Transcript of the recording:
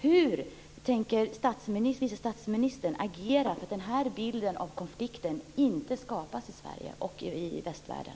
Hur tänker vice statsministern agera för att denna bild av konflikten inte ska skapas i Sverige och i västvärlden?